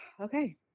okay